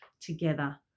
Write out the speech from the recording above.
together